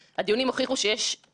יש לאזן את נושא הסודיות,